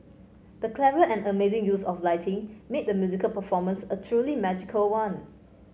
the clever and amazing use of lighting made the musical performance a truly magical one